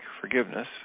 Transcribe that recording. Forgiveness